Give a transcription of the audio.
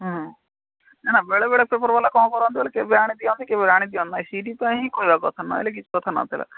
ହଁ ନା ନା ବେଳେବେଳେ ପେପର୍ବାଲା କ'ଣ କରନ୍ତି କେବେ ଆଣି ଦିଅନ୍ତି କେବେ ଆଣି ଦିଅନ୍ତି ନାହିଁ ସେଇଥିପାଇଁ ହିଁ କହିବା କଥା ନହେଲେ କିଛି କଥା ନଥିଲା